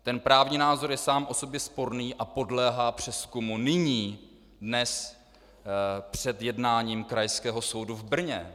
Ten právní názor je sám o sobě sporný a podléhá přezkumu nyní, dnes, před jednáním krajského soudu v Brně.